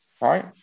Right